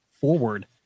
forward